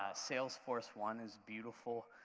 ah salesforce one is beautiful.